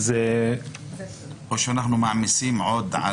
או שאנחנו מעמיסים עוד.